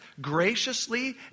graciously